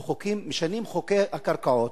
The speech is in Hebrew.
משנים את חוקי הקרקעות,